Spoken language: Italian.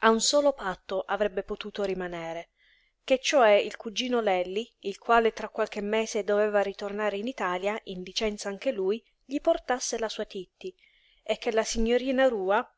a un solo patto avrebbe potuto rimanere che cioè il cugino lelli il quale tra qualche mese doveva ritornare in italia in licenza anche lui gli portasse la sua titti e che la signorina rua